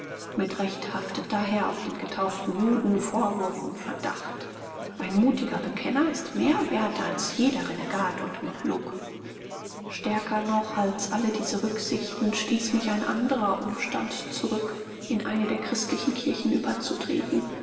mit recht haftet daher auf den getauften juden vorwurf und verdacht ein mutiger bekenner ist mehr wert als jeder renegat und mameluk stärker noch als alle diese rücksichten stieß mich ein anderer umstand zurück in eine der christlichen kirchen überzutreten